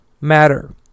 matter